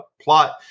plot